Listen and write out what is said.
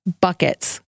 buckets